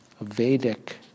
Vedic